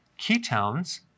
ketones